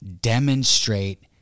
demonstrate